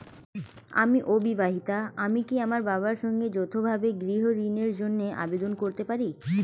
আমি অবিবাহিতা আমি কি আমার বাবার সঙ্গে যৌথভাবে গৃহ ঋণের জন্য আবেদন করতে পারি?